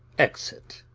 exit.